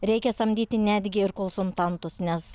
reikia samdyti netgi ir konsultantus nes